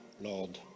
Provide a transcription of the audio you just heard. Lord